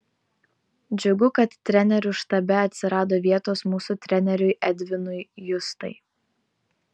džiugu kad trenerių štabe atsirado vietos mūsų treneriui edvinui justai